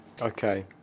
Okay